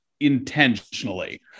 intentionally